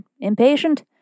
impatient